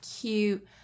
cute